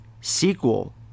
sequel